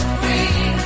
free